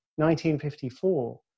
1954